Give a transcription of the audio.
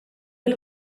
bil